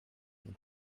than